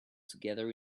together